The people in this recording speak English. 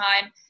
time